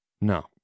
No